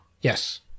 Yes